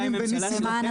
בעוד שנתיים הממשלה שלכם?